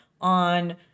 on